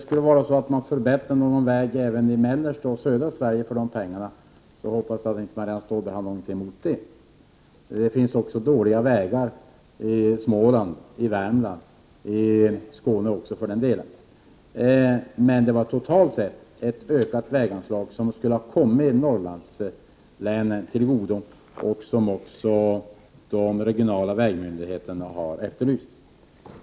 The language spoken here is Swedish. Om någon väg även i mellersta och södra Sverige skulle förbättras med de anslagen hoppas jag att Marianne Stålberg inte hade något emot det. Det finns dåliga vägar även i Småland och i Värmland och i Skåne också för den delen. Men det var totalt sett ett ökat väganslag vi föreslog, som skulle ha kommit Norrlandslänen till godo, vilket också de regionala vägmyndigheterna har efterlyst.